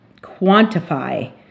quantify